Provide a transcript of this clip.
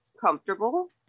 comfortable